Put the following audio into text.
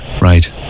Right